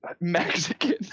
Mexican